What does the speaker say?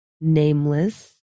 nameless